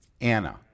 Anna